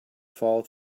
fall